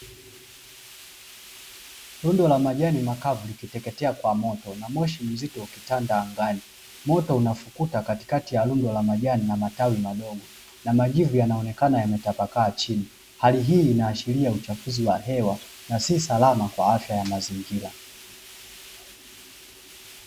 Rundo la majani makavu likiteketea kwa moto na moshi mzito ukitanda angani moto unafukuta katikati ya rundo la majani na matawi madogo na majivu yanaonekana yametapakaa chini. Hali hii inahashiria uchafudhi wa hewa na si salama kwa afya ya mazingira.